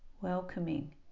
welcoming